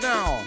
Now